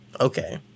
Okay